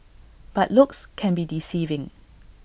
but looks can be deceiving